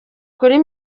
kuri